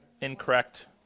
incorrect